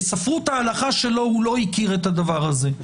בספרות ההלכה שלו, הוא לא הכיר את הדבר הזה.